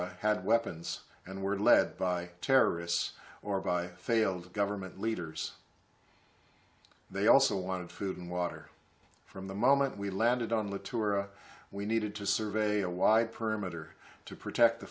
tour had weapons and were led by terrorists or by failed government leaders they also wanted food and water from the moment we landed on the tour we needed to survey a wide perimeter to protect the